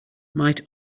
might